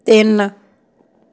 ਤਿੰਨ